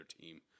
team